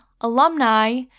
alumni